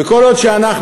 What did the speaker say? וכל עוד אנחנו,